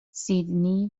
سیدنی